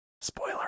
Spoiler